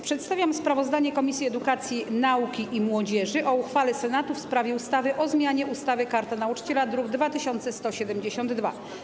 Przedstawiam sprawozdanie Komisji Edukacji, Nauki i Młodzieży o uchwale Senatu w sprawie ustawy o zmianie ustawy - Karta Nauczyciela, druk nr 2172.